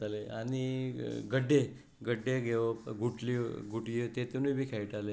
आनी गड्डे गड्डे घेवप गुड्ड्यो तातूंतय बी खेळटाले